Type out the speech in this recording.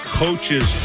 coaches